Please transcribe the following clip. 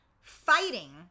Fighting